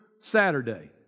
Saturday